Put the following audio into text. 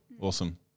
Awesome